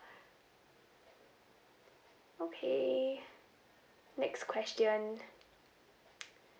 okay next question